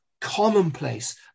commonplace